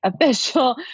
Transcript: official